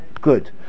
good